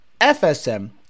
FSM